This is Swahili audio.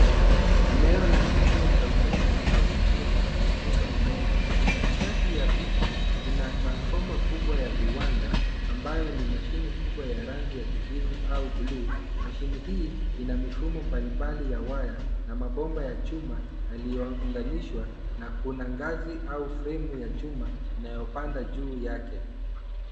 Eneo la kituo cha umeme au kituo cha kupunguza umeme. Katikati ya picha kuna transformer kubwa ya viwanda ambayo ni mashini kubwa ya rangi ya kijivu au buluu. Mashini hii ina mifumo mbali mbali ya waya na mabomba ya chuma yaliyounganishwa na kuna ngazi au fremu ya chuma inayopanda juu yake.